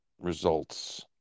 results